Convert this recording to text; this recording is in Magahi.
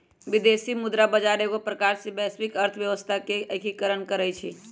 विदेशी मुद्रा बजार एगो प्रकार से वैश्विक अर्थव्यवस्था के एकीकरण करइ छै